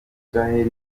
israel